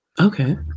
Okay